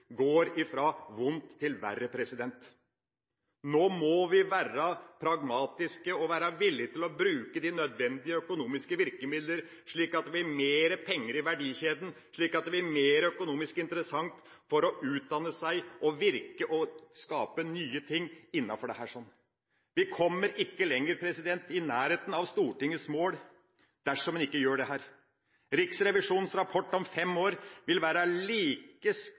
går fra vondt til verre. Nå må vi være pragmatiske og villige til å bruke de nødvendige økonomiske virkemidler, slik at det blir mer penger i verdikjeden og mer økonomisk interessant å utdanne seg, virke og skape nye ting innenfor dette. Vi kommer ikke nærmere Stortingets mål dersom en ikke gjør dette. Riksrevisjonens rapport om fem år vil være like